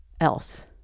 Else